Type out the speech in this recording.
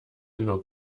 nur